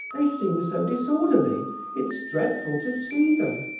they seem so disorderly it's dreadful to see them.